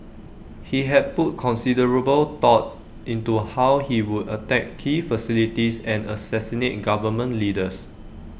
he had put considerable thought into how he would attack key facilities and assassinate in government leaders